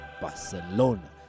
Barcelona